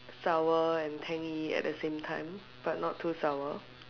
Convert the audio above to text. sour and tangy at the same time but not too sour